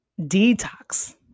detox